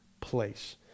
place